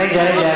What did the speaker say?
רגע, רגע.